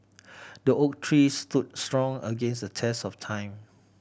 the oak tree stood strong against the test of time